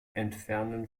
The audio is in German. entfernen